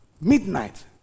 midnight